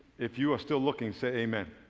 if you are still looking, say amen.